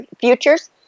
futures